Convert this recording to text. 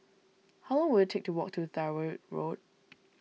how long will it take to walk to Tyrwhitt Road